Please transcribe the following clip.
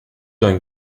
going